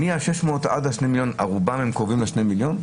מה-600 עד שני מיליון, רובם קרובים לשני מיליון?